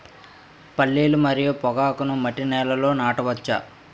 పల్లీలు మరియు పొగాకును మట్టి నేలల్లో నాట వచ్చా?